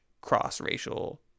cross-racial